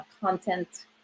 content